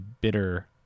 bitter